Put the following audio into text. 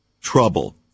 trouble